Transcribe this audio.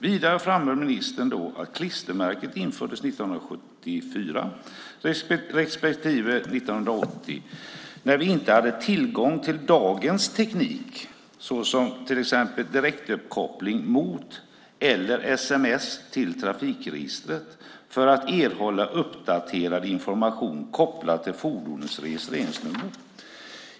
Vidare framhöll ministern då att klistermärkena infördes 1974 respektive 1980, när vi inte hade tillgång till dagens teknik såsom till exempel direktuppkoppling mot eller sms till trafikregistret för att erhålla uppdaterad information kopplad till fordonets registreringsnummer.